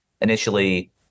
initially